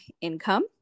income